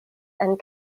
and